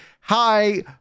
hi